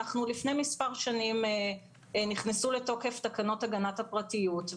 לפני כמה שנים נכנסו לתוקף תקנות הגנת הפרטיות.